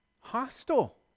hostile